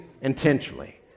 Intentionally